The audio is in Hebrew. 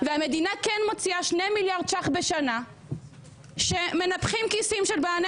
והמדינה כן מוציאה שני מיליארד שקלים בשנה שמנפחים כיסים של בעלי